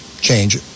change